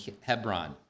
Hebron